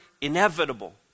inevitable